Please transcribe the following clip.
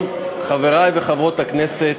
חברי וחברות הכנסת,